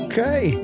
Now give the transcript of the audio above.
Okay